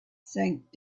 sank